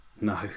No